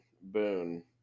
Boone